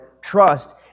trust